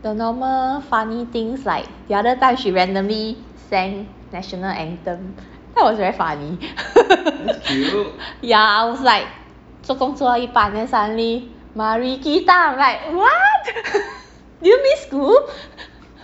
the normal funny things like the other time she randomly sang national anthem that was very funny yeah I was like 做工做到一半 suddenly right like what do you miss school